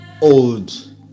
old